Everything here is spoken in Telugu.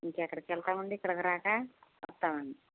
ఇంక ఎక్కడికి వెళ్తామండి ఇక్కడికి రాక వస్తామండి